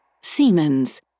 Siemens